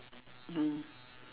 mm